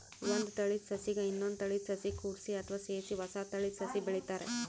ಒಂದ್ ತಳೀದ ಸಸಿಗ್ ಇನ್ನೊಂದ್ ತಳೀದ ಸಸಿ ಕೂಡ್ಸಿ ಅಥವಾ ಸೇರಿಸಿ ಹೊಸ ತಳೀದ ಸಸಿ ಬೆಳಿತಾರ್